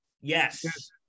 Yes